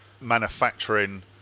manufacturing